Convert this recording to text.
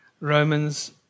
Romans